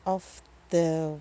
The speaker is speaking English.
of the